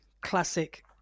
classic